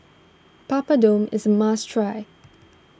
Papadum is a must try